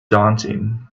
daunting